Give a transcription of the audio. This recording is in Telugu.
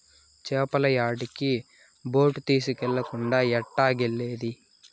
చేపల యాటకి బోటు తీస్కెళ్ళకుండా ఎట్టాగెల్లేది